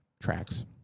tracks